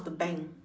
the bank